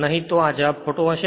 નહીં તો જવાબ ખોટો હશે